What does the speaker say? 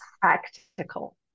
practical